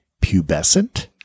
pubescent